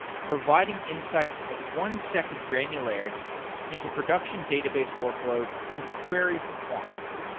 providing insights at one second granularity into production database workload and query performance.